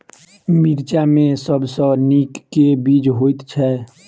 मिर्चा मे सबसँ नीक केँ बीज होइत छै?